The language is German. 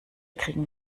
kriegen